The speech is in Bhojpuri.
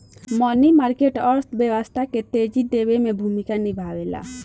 मनी मार्केट अर्थव्यवस्था के तेजी देवे में जरूरी भूमिका निभावेला